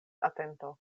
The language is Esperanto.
atento